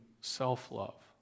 self-love